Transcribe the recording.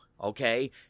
okay